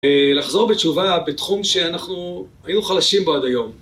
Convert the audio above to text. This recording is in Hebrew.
לחזור בתשובה בתחום שאנחנו היינו חלשים בו עד היום.